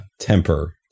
temper